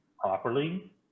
properly